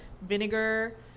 vinegar